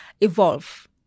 evolve